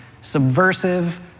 subversive